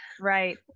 Right